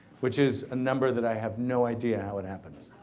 which is a number that i have no idea how it happens.